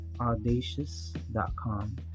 Audacious.com